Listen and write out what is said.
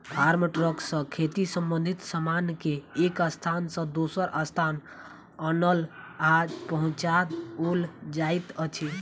farm truck सॅ खेती संबंधित सामान के एक स्थान सॅ दोसर स्थान आनल आ पहुँचाओल जाइत अछि